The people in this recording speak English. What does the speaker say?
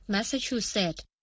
Massachusetts